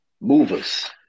movers